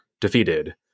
defeated